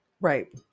right